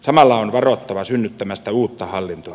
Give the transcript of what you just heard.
samalla on varottava synnyttämästä uutta hallintoa